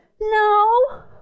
No